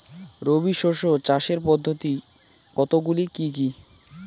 রবি শস্য চাষের পদ্ধতি কতগুলি কি কি?